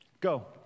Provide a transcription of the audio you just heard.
go